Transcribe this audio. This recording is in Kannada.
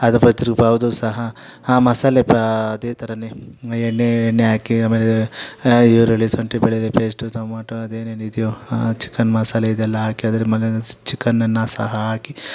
ಅದರ ಬದ್ಲು ಅವರು ಸಹ ಆ ಮಸಾಲೆ ಅದೇ ಥರನೇ ಎಣ್ಣೆ ಎಣ್ಣೆ ಹಾಕಿ ಆಮೇಲೆ ಈರುಳ್ಳಿ ಶುಂಠಿ ಬೆಳ್ಳುಳ್ಳಿ ಪೇಸ್ಟ್ ಟೊಮೋಟೊ ಅದೇನೇನಿದೆಯೋ ಚಿಕನ್ ಮಸಾಲೆ ಇದೆಲ್ಲ ಹಾಕಿ ಅದರ ಮೇಲೆ ಚಿಕನನ್ನು ಸಹ ಹಾಕಿ